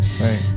Right